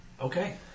Okay